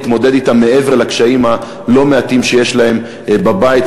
להתמודד אתם מעבר לקשיים הלא-מעטים שיש להן בבית,